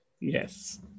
yes